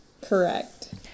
Correct